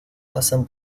pasan